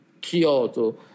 Kyoto